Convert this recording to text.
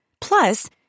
Plus